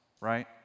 right